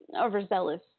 overzealous